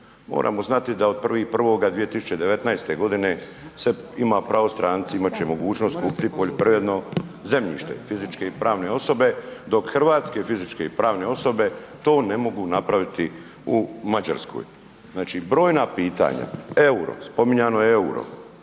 moramo znati da od 1.1.2019. godine stranci će imati mogućnost kupiti poljoprivredno zemljište, fizičke i pravne osobe, dok hrvatske fizičke i pravne osobe to ne mogu napraviti u Mađarskoj. Znači brojna pitanja, euro, spominjano je euro,